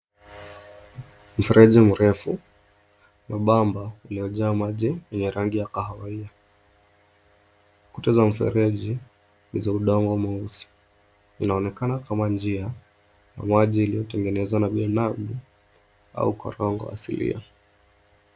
Mfereji mrefu mwembamba uliojaa maji yenye rangi ya kahawia. Kuta za mfereji ni za udongo mweusi. Inaonekana kama njia ya maji iliyotengenezwa na binadamu au korongo asilia.